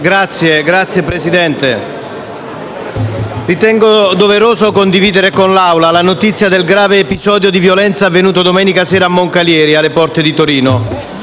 Signor Presidente, ritengo doveroso condividere con l'Assemblea la notizia del grave episodio di violenza avvenuto domenica sera a Moncalieri, alle porte di Torino,